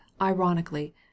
ironically